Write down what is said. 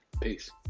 Peace